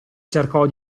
cercò